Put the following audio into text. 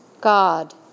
God